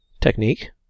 technique